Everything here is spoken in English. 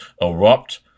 erupt